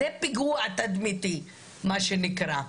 זה פיגוע תדמיתי מה שנקרא,